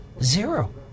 Zero